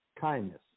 kindness